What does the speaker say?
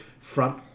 front